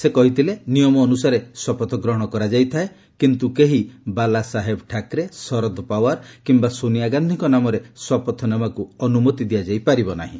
ସେ କହିଥିଲେ ନିୟମ ଅନୁସାରେ ଶପଥଗ୍ରହଣ କରାଯାଇଥାଏ କିନ୍ତୁ କେହି ବାଲାସାହେବ ଠାକରେ ଶରଦ ପାୱାର କିମ୍ବା ସୋନିଆ ଗାନ୍ଧିଙ୍କ ନାମରେ ଶପଥ ନେବାକୁ ଅନୁମତି ଦିଆଯାଇ ପାରିବ ନାହିଁ